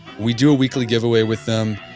we do a weekly give away with them.